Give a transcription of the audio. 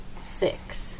six